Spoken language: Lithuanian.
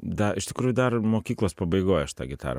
dar iš tikrųjų dar mokyklos pabaigoj aš tą gitarą